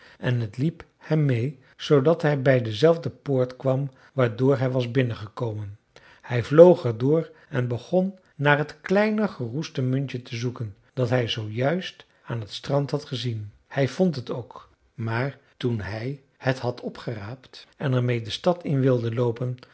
en het liep hem mee zoodat hij bij dezelfde poort kwam waardoor hij was binnengekomen hij vloog er door en begon naar het kleine geroeste muntje te zoeken dat hij zoo juist aan het strand had gezien hij vond het ook maar toen hij het had opgeraapt en er meê de stad in wilde loopen